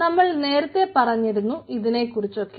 നമ്മൾ നേരത്തെ പറഞ്ഞിരുന്നു ഇതിനെക്കുറിച്ചൊക്കെ